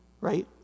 Right